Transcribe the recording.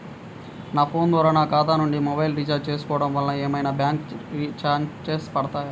నా ఫోన్ ద్వారా నా ఖాతా నుండి మొబైల్ రీఛార్జ్ చేసుకోవటం వలన ఏమైనా బ్యాంకు చార్జెస్ పడతాయా?